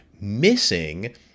missing